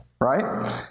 right